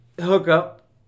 hookup